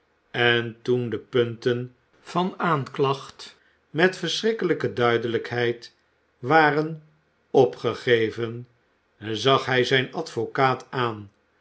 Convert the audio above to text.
en toen de punten van aanklacht met verschrikkelijke duidelijkheid waren opgegeven zag hij zijn advocaat aan